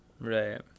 Right